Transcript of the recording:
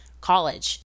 college